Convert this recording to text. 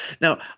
Now